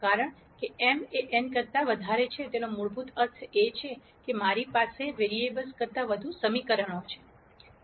કારણ કે m એ n કરતા વધારે છે તેનો મૂળભૂત અર્થ એ છે કે મારી પાસે વેરીએબલ્સ કરતા વધુ સમીકરણો છે